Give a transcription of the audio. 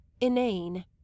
inane